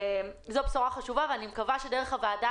זו בשורה חשובה ואני מקווה שדרך הוועדה